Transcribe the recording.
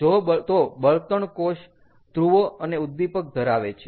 તો બળતણ કોષ ધ્રુવો અને ઉદીપક ધરાવે છે